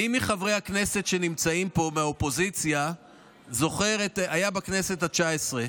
מי מחברי הכנסת מהאופוזיציה שנמצאים פה היה בכנסת התשע-עשרה?